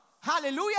Hallelujah